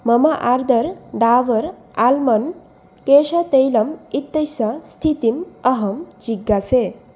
मम order Dabur almond केशतैलम् इत्यस्य स्थितिम् अहं जिज्ञासे